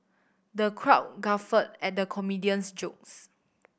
the crowd guffawed at the comedian's jokes